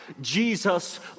Jesus